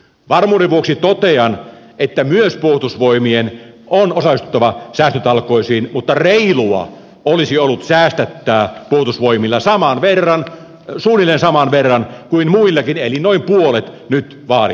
varmuuden vuoksi totean että myös puolustusvoimien on osallistuttava säästötalkoisiin mutta reilua olisi ollut säästättää puolustusvoimilla suunnilleen saman verran kuin muillakin eli noin puolet nyt vaaditusta